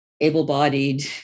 able-bodied